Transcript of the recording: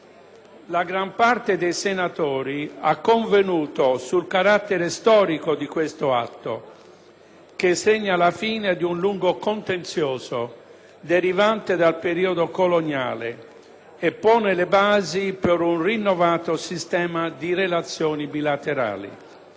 La gran parte dei senatori ha convenuto sul carattere storico di questo atto che segna la fine di un lungo contenzioso derivante dal periodo coloniale e pone le basi per un rinnovato sistema di relazioni bilaterali.